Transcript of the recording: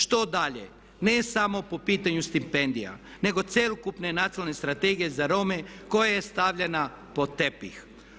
Što dalje ne samo po pitanju stipendija nego cjelokupne nacionalne Strategije za Rome koja je stavljena pod tepih?